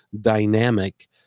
dynamic